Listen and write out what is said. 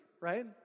right